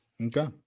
Okay